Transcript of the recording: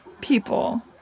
people